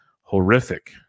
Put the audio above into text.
horrific